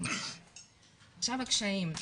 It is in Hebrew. עכשיו הקשיים,